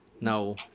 no